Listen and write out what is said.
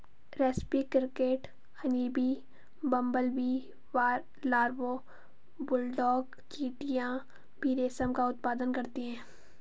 रेस्पी cricket, honeybee, bumblebee larva, bulldog चींटियां भी रेशम का उत्पादन करती हैं